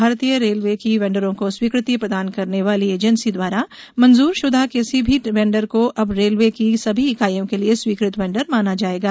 भारतीय रेलवे की वेंडरों को स्वीकृति प्रदान करने वाली एजेंसी द्वारा मंजूरशुदा किसी भी वेंडर को अब रेलवे की सभी इकाइयों के लिए स्वीकृत वेंडर माना जाएगा